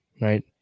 right